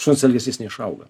šuns elgesys neišauga